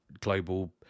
global